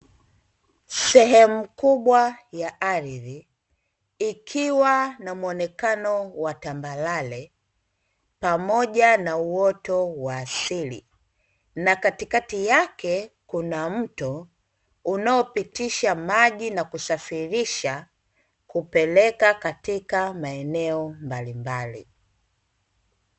Sehemu kubwa ya ardhi ikiwa na muonekano wa tambalale pamoja na wote wa asili, na katikati yake kuna mto unaopitisha maji na kusafirisha kupeleka katika maeneo mbalimbali.